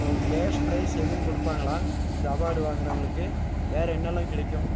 ஓ cash prize எதுவும் கொடுப்பாங்களா இந்த அவார்டு வாங்குறவங்களுக்கு வேறு என்னவெலாம் கிடைக்கும்